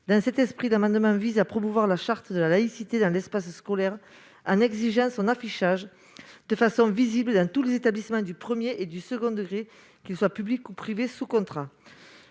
Dans cet esprit, le présent amendement vise à promouvoir la charte de la laïcité dans l'espace scolaire, en exigeant son affichage de façon visible dans tous les établissements du premier et du second degrés, qu'ils soient publics ou privés sous contrat.